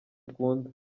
akunda